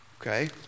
Okay